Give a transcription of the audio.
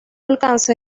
alcance